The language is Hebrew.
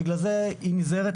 בגלל זה היא נזהרת,